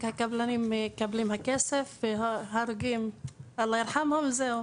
הקבלנים מקבלים את הכסף, ההרוגים אללה ירחמו וזה.